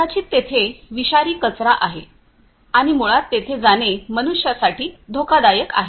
कदाचित तेथे विषारी कचरा आहे आणि मुळात तेथे जाणे मनुष्यासाठी धोकादायक आहे